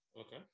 Okay